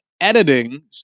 Editing